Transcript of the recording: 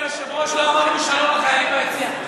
אדוני היושב-ראש, לא אמרנו שלום לחיילים ביציע.